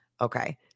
Okay